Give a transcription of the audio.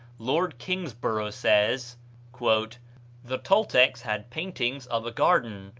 lord kingsborough says the toltecs had paintings of a garden,